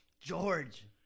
George